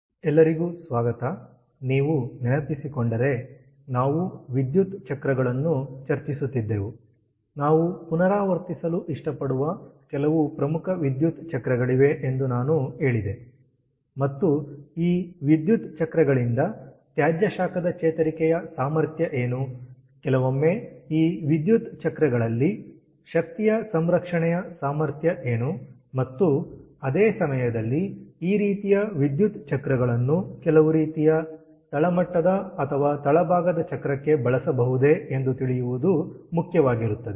ಸಾಮಾನ್ಯ ವಿದ್ಯುತ್ ಚಕ್ರಗಳ ಮರುಸಂಗ್ರಹಣೆ ಮುದುವರಿದ ಅಧ್ಯಾಯ ಎಲ್ಲರಿಗೂ ಸ್ವಾಗತ ನೀವು ನೆನಪಿಸಿಕೊಂಡರೆ ನಾವು ವಿದ್ಯುತ್ ಚಕ್ರಗಳನ್ನು ಚರ್ಚಿಸುತ್ತಿದ್ದೆವು ನಾವು ಪುನರಾವರ್ತಿಸಲು ಇಷ್ಟಪಡುವ ಕೆಲವು ಪ್ರಮುಖ ವಿದ್ಯುತ್ ಚಕ್ರಗಳಿವೆ ಎಂದು ನಾನು ಹೇಳಿದೆ ಮತ್ತು ಈ ವಿದ್ಯುತ್ ಚಕ್ರಗಳಿಂದ ತ್ಯಾಜ್ಯ ಶಾಖದ ಚೇತರಿಕೆಯ ಸಾಮರ್ಥ್ಯ ಏನು ಕೆಲವೊಮ್ಮೆ ಈ ವಿದ್ಯುತ್ ಚಕ್ರಗಳಲ್ಲಿ ಶಕ್ತಿಯ ಸಂರಕ್ಷಣೆಯ ಸಾಮರ್ಥ್ಯ ಏನು ಮತ್ತು ಅದೇ ಸಮಯದಲ್ಲಿ ಈ ರೀತಿಯ ವಿದ್ಯುತ್ ಚಕ್ರಗಳನ್ನು ಕೆಲವು ರೀತಿಯ ತಳಮಟ್ಟದತಳಭಾಗದ ಚಕ್ರಕ್ಕೆ ಬಳಸಬಹುದೇ ಎಂದು ತಿಳಿಯುವುದು ಮುಖ್ಯವಾಗಿರುತ್ತದೆ